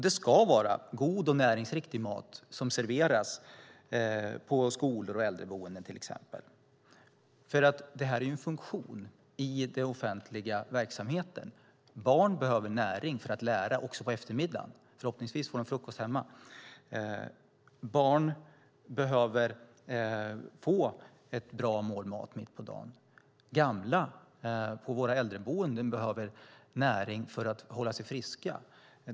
Det ska vara god och näringsriktig mat som serveras på skolor och äldreboenden, till exempel. Detta är en funktion i den offentliga verksamheten. Barn behöver näring för att kunna lära sig också på eftermiddagen. Förhoppningsvis får de frukost hemma. Barn behöver få ett bra mål mat mitt på dagen. Gamla på våra äldreboenden behöver näring för att hålla sig friska.